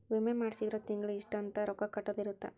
ವಿಮೆ ಮಾಡ್ಸಿದ್ರ ತಿಂಗಳ ಇಷ್ಟ ಅಂತ ರೊಕ್ಕ ಕಟ್ಟೊದ ಇರುತ್ತ